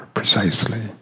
Precisely